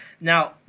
Now